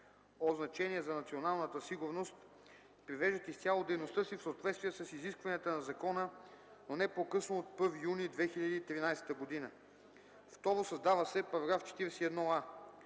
значение за националната сигурност, привеждат изцяло дейността си в съответствие с изискванията на закона, но не по-късно от 1 юни 2013 г.”. 2. Създава се § 41а: „§ 41а.